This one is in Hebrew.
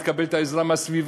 היא תקבל את העזרה מהסביבה,